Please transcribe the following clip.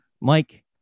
Mike